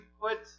put